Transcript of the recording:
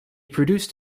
produced